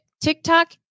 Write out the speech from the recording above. TikTok